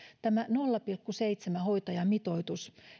tämä nolla pilkku seitsemän hoitajamitoitus